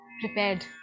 prepared